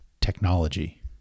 technology